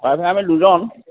ককাই ভাই আমি দুজন